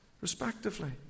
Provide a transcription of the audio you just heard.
respectively